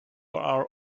are